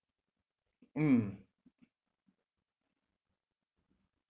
mm